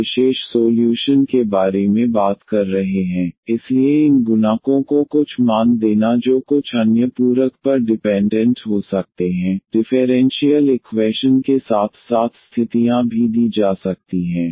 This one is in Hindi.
एक और जो हम विशेष सोल्यूशन के बारे में बात कर रहे हैं इसलिए इन गुणांकों को कुछ मान देना जो कुछ अन्य पूरक पर डिपेंडेंट हो सकते हैं डिफेरेंशीयल इक्वैशन के साथ साथ स्थितियां भी दी जा सकती हैं